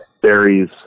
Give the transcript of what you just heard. berries